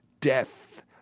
death